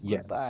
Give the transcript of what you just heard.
Yes